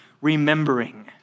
remembering